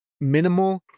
minimal